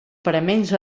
paraments